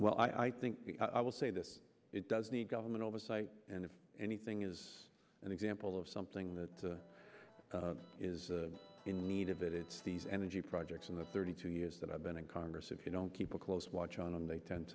well i think i will say this it does the government oversight and if anything is an example of something that is in need of it it's these energy projects in the thirty two years that i've been in congress if you don't keep a close watch on them they tend